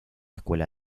escuela